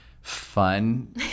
fun